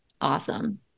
Awesome